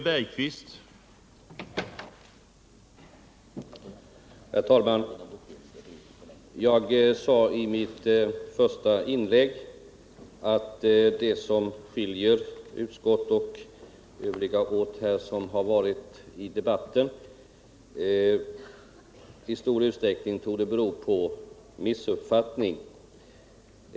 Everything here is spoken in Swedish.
Herr talman! Jag sade i mitt första anförande att det som skiljer mellan utskottets företrädare och övriga som har deltagit i debatten i stor utsträckning torde bero på missuppfattning.